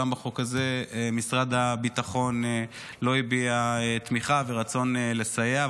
גם בחוק הזה משרד הביטחון לא הביע תמיכה ורצון לסייע.